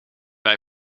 wij